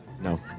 No